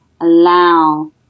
allow